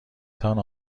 تان